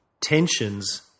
tensions